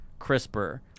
CRISPR